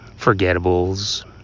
Forgettables